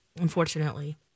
unfortunately